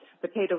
potato